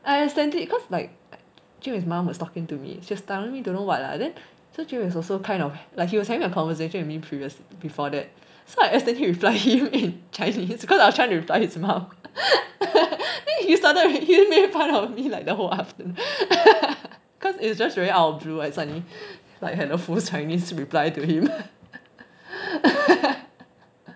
I understand it cause like junwei's mom was talking to me she was telling me don't know what lah then so junwei was also kind of like he was having a conversation with me previous before that so I accidentally reply him in chinese cause I was trying to reply his mom then he started he made fun of me like the whole afternoon cause it's just out of the blue suddenly like the full chinese reply to him